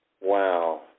Wow